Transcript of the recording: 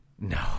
No